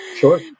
sure